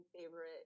favorite